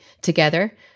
together